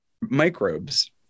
microbes